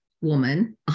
woman